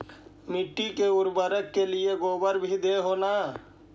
मिट्टी के उर्बरक के लिये गोबर भी दे हो न?